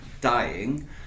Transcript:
dying